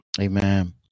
Amen